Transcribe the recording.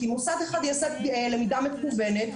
כי מוסד אחד יעשה למידה מקוונת,